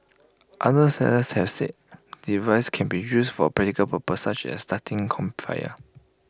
other sellers have said device can be used for practical purposes such as starting campfires